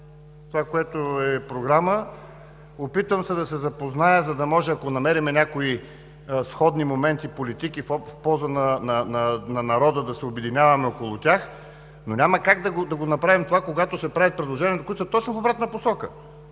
това, което е Програмата – опитвам се да се запозная, за да може, ако намерим някои сходни моменти и политики в полза на народа, да се обединяваме около тях, но няма как да го направим това, когато се правят предложения, които са точно в обратната посока.